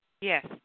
Yes